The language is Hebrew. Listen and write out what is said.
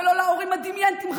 ולא להורים הדמנטיים שלכם,